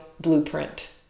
blueprint